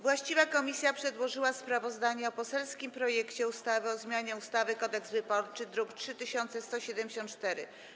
Właściwa komisja przedłożyła sprawozdanie o poselskim projekcie ustawy o zmianie ustawy Kodeks wyborczy, druk nr 3174.